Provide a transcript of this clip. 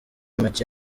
make